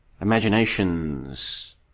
imaginations